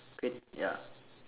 kway ya